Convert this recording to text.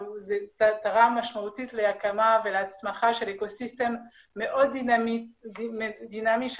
אבל זה תרם משמעותית להקמה ולהסמכה של אקו סיסטם מאוד דינמי של